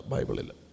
Bible